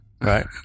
Right